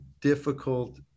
difficult